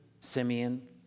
Simeon